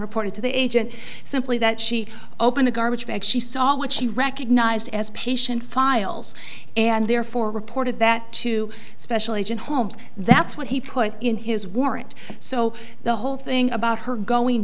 reported to the agent simply that she opened a garbage bag she saw what she recognized as patient files and therefore reported that to special agent holmes that's what he put in his warrant so the whole thing about her going